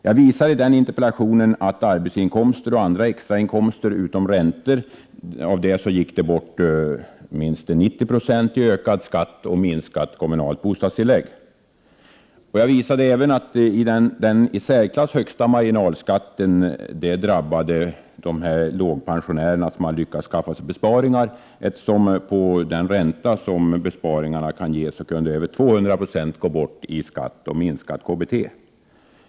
Jag visade i den interpellationen att av arbetsinkomster och andra extra inkomster utom räntor gick minst 90 96 bort i ökad skatt och minskat kommunalt bostadstillägg. Jag visade även att den i särklass högsta marginal skatten drabbade de lågpensionärer som lyckats skaffa sig besparingar. På Prot. 1988/89:110 den ränta besparingarna kunde ge kunde över 200 96 gå bort i skatt och 9 maj 1989 minskat KBT.